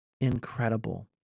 incredible